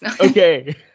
Okay